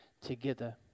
together